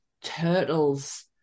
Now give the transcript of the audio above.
turtles